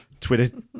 Twitter